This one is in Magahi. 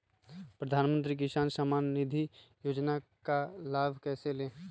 प्रधानमंत्री किसान समान निधि योजना का लाभ कैसे ले?